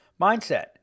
mindset